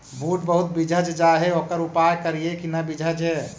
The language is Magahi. बुट बहुत बिजझ जा हे ओकर का उपाय करियै कि न बिजझे?